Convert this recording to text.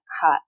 cut